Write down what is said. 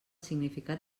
significat